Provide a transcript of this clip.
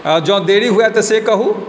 आओर जँ देरी हुए तऽ से कहू